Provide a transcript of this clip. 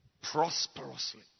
Prosperously